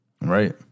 Right